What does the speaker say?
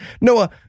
Noah